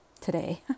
today